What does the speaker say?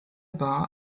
war